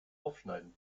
aufschneiden